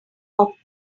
off